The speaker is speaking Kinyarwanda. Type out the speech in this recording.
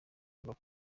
kuvuga